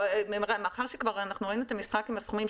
מאחר שכבר ראינו את המשחק עם הסכומים,